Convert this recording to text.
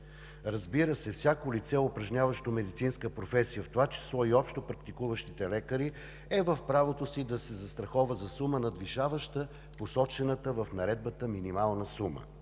Разбира се, всяко лице, упражняващо медицинска професия, в това число и общопрактикуващите лекари, е в правото си да се застрахова за сума, надвишаваща посочената в Наредбата минимална сума.